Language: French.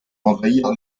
envahirent